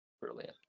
brilliant